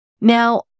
Now